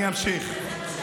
אני אמשיך.